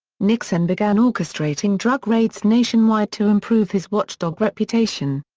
nixon began orchestrating drug raids nationwide to improve his watchdog reputation.